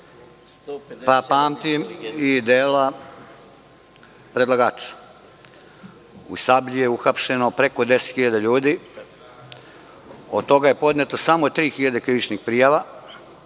pa pamtim i dela predlagača. U „Sablji“ je uhapšeno preko 10.000 ljudi, od toga je podneto samo 3.000 krivičnih prijava